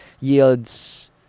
yields